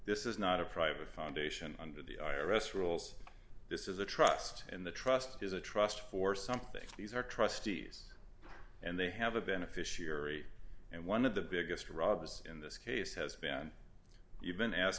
this is not a private foundation under the i r s rules this is a trust and the trust is a trust for something these are trustees and they have a beneficiary and one of the biggest robb's in this case has been you've been